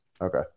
Okay